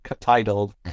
titled